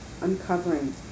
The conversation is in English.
uncovering